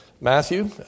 Matthew